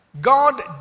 God